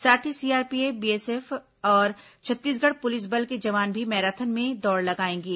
साथ ही CRPF BSF और छत्तीसगढ़ पुलिस बल के जवान भी मैराथन में दौड़ लगाएंगे